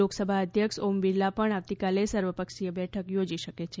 લોકસભા અધ્યક્ષ ઓમ બિરલા પણ આવતીકાલે સર્વપક્ષીય બેઠક યોજી શકે છે